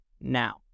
now